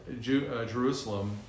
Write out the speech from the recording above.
Jerusalem